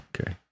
Okay